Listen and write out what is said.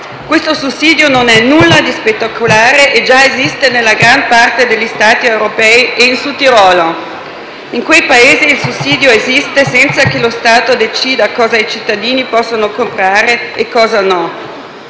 Questo sussidio non è nulla di spettacolare e già esiste nella gran parte degli Stati europei e in Sud Tirolo. In quei Paesi il sussidio esiste senza che lo Stato decida cosa i cittadini possono comprare e cosa no.